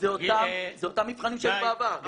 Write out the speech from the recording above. זה אותם מבחנים שהיו בעבר.